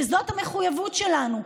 וזאת המחויבות שלנו.